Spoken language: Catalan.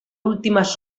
últimes